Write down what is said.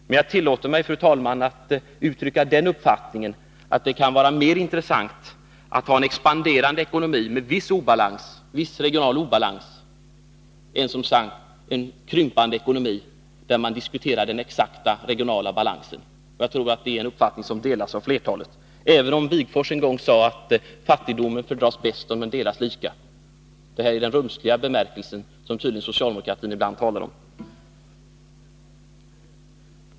Men jag tillåter mig, fru talman, att uttrycka den uppfattningen att det kan vara mer intressant att ha en expanderande ekonomi med viss regional obalans än en krympande ekonomi, där man diskuterar den exakta regionala balansen. Jag tror att det är en uppfattning som delas av flertalet, även om Wigforss en gång sade att fattigdomen fördras bäst om den delas lika. Detta är den rumsliga bemärkelsen, som socialdemokratin ibland talar om.